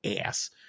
ass